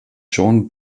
joan